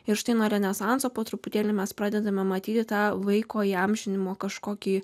ir štai nuo renesanso po truputėlį mes pradedame matyti tą vaiko įamžinimo kažkokį